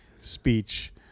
speech